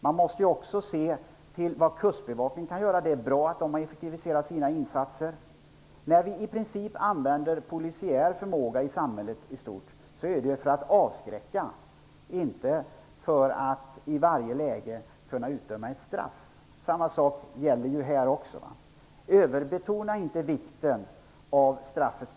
Man måste också se till vad kustbevakningen kan göra. Det är bra att de har effektiviserat sina insatser. När vi i princip använder polisiär förmåga i samhället i stort, är det för att avskräcka, inte för att i varje läge kunna utdöma ett straff. Samma sak gäller här också. Överbetona inte vikten av straffet!